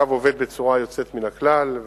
הקו עובד בצורה יוצאת מן הכלל,